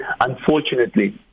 unfortunately